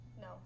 No